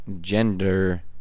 Gender